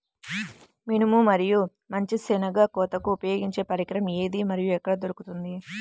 మినుము మరియు మంచి శెనగ కోతకు ఉపయోగించే పరికరం ఏది మరియు ఎక్కడ దొరుకుతుంది?